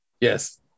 Yes